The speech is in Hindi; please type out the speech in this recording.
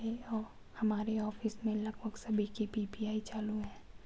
हमारे ऑफिस में लगभग सभी के पी.पी.आई चालू है